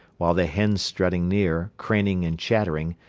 while the hens strutting near, craning and chattering,